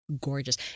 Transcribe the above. gorgeous